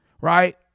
right